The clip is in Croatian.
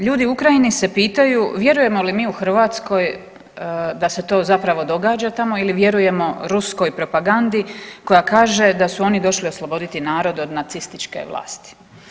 Ljudi u Ukrajini se pitaju, vjerujemo li mi u Hrvatskoj da se to zapravo događa tamo ili vjerujemo ruskoj propagandi koja kaže da su oni došli osloboditi narod od nacističke vlasti.